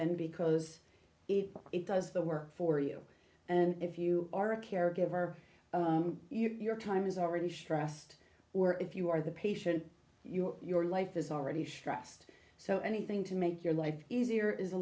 in because if it does the work for you and if you are a caregiver your time is already stressed or if you are the patient you are your life is already stressed so anything to make your life easier is a